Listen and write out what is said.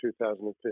2015